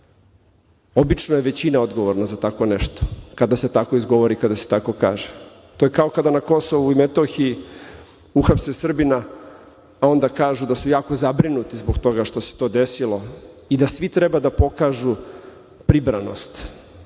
Obično je većina odgovorna za tako nešto, kada se tako izgovori i kada se tako kaže. To je kao kada na Kosovu i Metohiji uhapse Srbina, pa onda kažu da su jako zabrinuti zbog toga što se to desilo i da svi treba da pokažu pribranost,